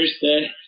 Thursday